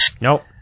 Nope